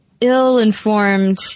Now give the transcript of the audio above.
ill-informed